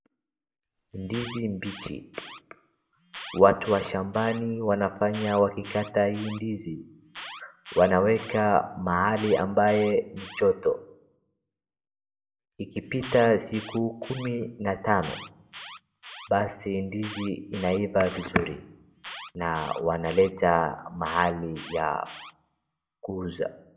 Ndizi mbichi. Watu wa shambani wanafanya wakikata hii ndizi. Wanaweka mahali ambaye ni joto. Ikipita siku kumi na tano, basi ndizi inaiva vizuri na wanaleta mahali ya kuuza.